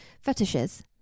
fetishes